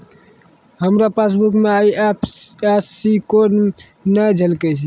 हमरो पासबुक मे IFSC code नै झलकै छै